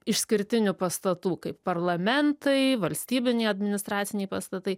išskirtinių pastatų kaip parlamentai valstybiniai administraciniai pastatai